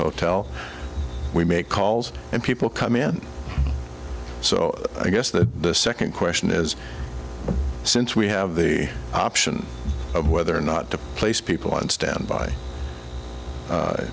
hotel we make calls and people come in so i guess the second question is since we have the option of whether or not to place people on standby